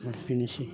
ओ बेनोसै